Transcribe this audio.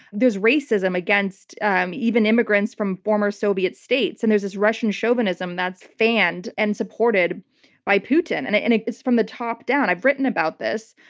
there's racism against um even immigrants from former soviet states. and there's this russian chauvinism that's fanned and supported by putin, and and it's from the top down. i've written about this.